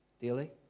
daily